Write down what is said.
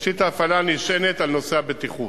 ותשתית ההפעלה נשענת על נושא הבטיחות.